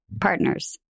partners